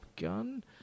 Gun